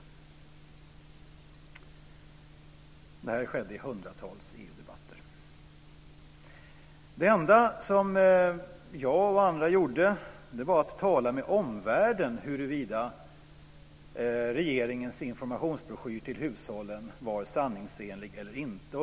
Detta skedde i hundratals EU-debatter. Det enda som jag och andra gjorde var att tala med omvärlden om huruvida regeringens informationsbroschyr till hushållen var sanningsenlig eller inte.